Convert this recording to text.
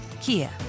Kia